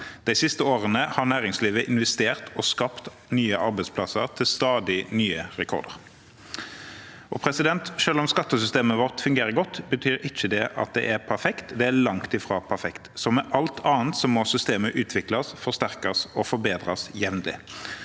De siste årene har næringslivet investert og skapt nye arbeidsplasser til stadig nye rekorder. Selv om skattesystemet vårt fungerer godt, betyr ikke det at det er perfekt. Det er langt ifra perfekt. Som med alt annet må systemet utvikles, forsterkes og forbedres jevnlig.